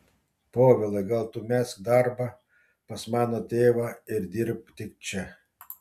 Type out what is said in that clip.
povilai gal tu mesk darbą pas mano tėvą ir dirbk tik čia